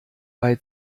bei